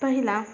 पहिला